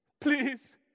Please